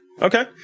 Okay